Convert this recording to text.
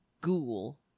ghoul